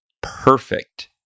perfect